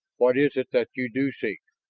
what is it that you do seek?